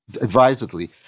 advisedly